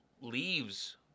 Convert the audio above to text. leaves